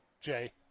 Jay